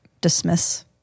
dismiss